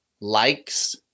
likes